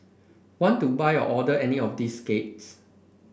want to buy or order any of these cakes